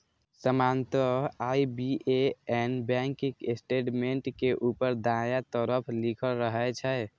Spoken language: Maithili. सामान्यतः आई.बी.ए.एन बैंक स्टेटमेंट के ऊपर दायां तरफ लिखल रहै छै